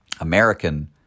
American